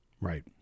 Right